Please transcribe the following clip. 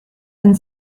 and